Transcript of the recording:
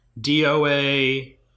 doa